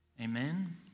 Amen